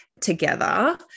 together